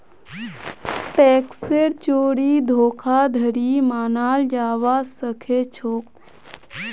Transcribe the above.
टैक्सेर चोरी धोखाधड़ी मनाल जाबा सखेछोक